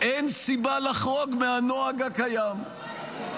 אין סיבה לחרוג מהנוהג הקיים למנות שופט עליון.